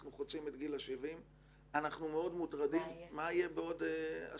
אנחנו חוצים את גיל 70 ואנחנו מאוד מוטרדים מה יהיה בעוד עשור,